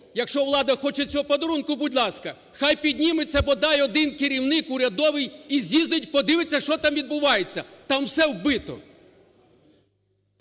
Якщо влада хоче цього подарунку – будь ласка. Хай підніметься бодай один керівник урядовий і з'їздить, подивиться що там відбувається, там все вбито.